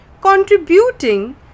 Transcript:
contributing